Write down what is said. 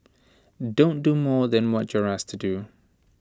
don't do more than what you're asked to do